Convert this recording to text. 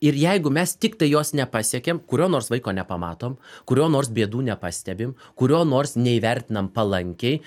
ir jeigu mes tiktai jos nepasiekiam kurio nors vaiko nepamatom kurio nors bėdų nepastebim kurio nors neįvertinam palankiai